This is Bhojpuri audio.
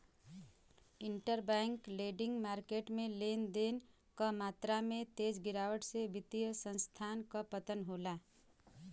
इंटरबैंक लेंडिंग मार्केट में लेन देन क मात्रा में तेज गिरावट से वित्तीय संस्थान क पतन होला